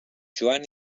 joan